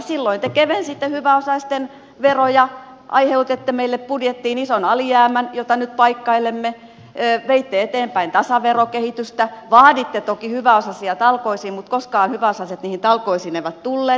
silloin te kevensitte hyväosaisten veroja aiheutitte meille budjettiin ison alijäämän jota nyt paikkailemme veitte eteenpäin tasaverokehitystä vaaditte toki hyväosaisia talkoisiin mutta koskaan hyväosaiset niihin talkoisiin eivät tulleet